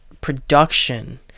Production